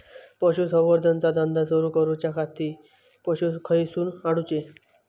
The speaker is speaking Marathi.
पशुसंवर्धन चा धंदा सुरू करूच्या खाती पशू खईसून हाडूचे?